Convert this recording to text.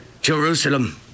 Jerusalem